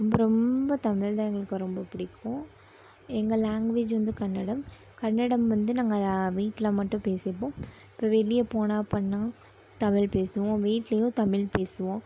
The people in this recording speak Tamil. ரொம்ப ரொம்ப தமிழ்தான் எங்களுக்கு ரொம்ப பிடிக்கும் எங்கள் லேங்வேஜ் வந்து கன்னடம் கன்னடம் வந்து நாங்கள் வீட்டில் மட்டும் பேசிப்போம் இப்போ வெளியே போனால் பண்ணிணா தமிழ் பேசுவோம் வீட்லேயும் தமிழ் பேசுவோம்